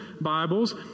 Bibles